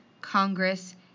Congress